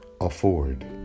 afford